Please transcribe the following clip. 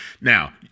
Now